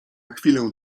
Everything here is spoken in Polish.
chwilę